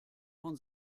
von